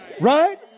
right